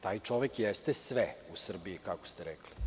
Taj čovek jeste sve u Srbiji kako ste rekli.